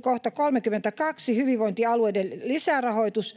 kohta 32, ”Hyvinvointialueiden lisärahoitus”: